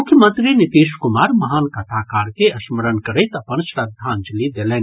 मुख्यमंत्री नीतीश कुमार महान कथाकार के स्मरण करैत अपन श्रद्धांजलि देलनि